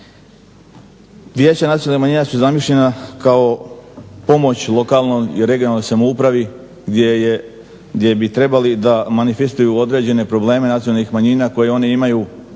Vijeća nacionalnih manjina su zamišljena kao pomoć lokalnoj i regionalnoj samoupravi gdje bi trebali da manifestuju određene probleme nacionalnih manjina koje oni imaju u